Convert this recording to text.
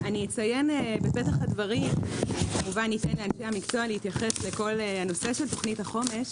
ניתן לאנשי המקצוע להתייחס לכל הנושא של תוכנית החומש,